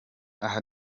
aha